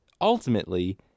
ultimately